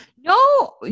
No